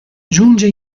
giunge